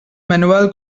manuel